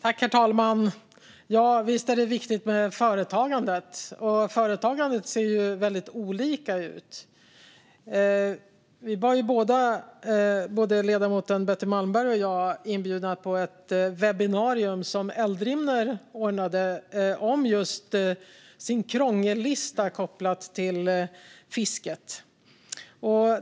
Herr talman! Visst är det viktigt med företagandet, och företagandet ser väldigt olika ut. Ledamoten Betty Malmberg och jag var inbjudna till ett webbinarium som Eldrimner ordnade om sin krångellista kopplad till fisket.